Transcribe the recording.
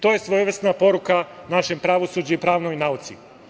To je svojevrsna poruka našem pravosuđu i pravnoj nauci.